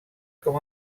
com